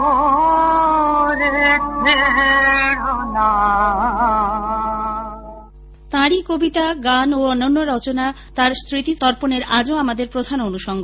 insert তাঁরই কবিতা গান ও অন্যান্য রচনা তাঁর স্মৃতি তর্পণের আজও আমাদের প্রধান অনুষঙ্গ